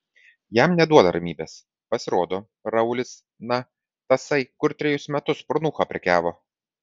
jam neduoda ramybės pasirodo raulis na tasai kur trejus metus pornucha prekiavo